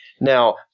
Now